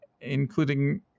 including